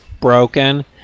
broken